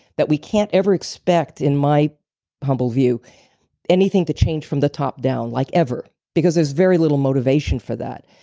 but we can't ever expect in my humble view anything to change from the top down, like ever because there's very little motivation for that.